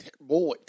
boy